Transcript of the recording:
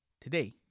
today